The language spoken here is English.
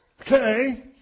Okay